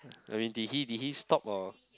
I mean did he did he stop or